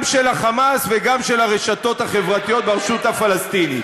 גם של ה"חמאס" וגם של הרשתות החברתיות ברשות הפלסטינית.